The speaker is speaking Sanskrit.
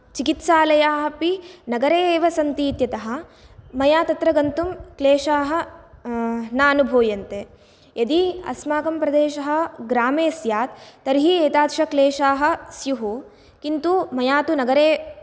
चिकित्सालयः अपि नगरे एव सन्ति इत्यतः मया तत्र गन्तुं क्लेशाः न अनुभूयन्ते यदि अस्माकं प्रदेशः ग्रामे स्यात् तर्हि एतादृशक्लेशाः स्युः किन्तु मया तु नगरे